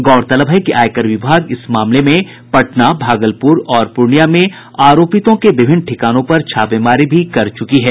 गौरतलब है कि आयकर विभाग इस मामले में पटना भागलपुर और पूर्णियां में आरोपितों के विभिन्न ठिकानों पर छापेमारी भी कर चुकी है